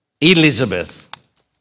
Elizabeth